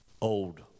old